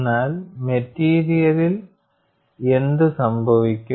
എന്നാൽ മെറ്റീരിയലിൽ എന്ത് സംഭവിക്കും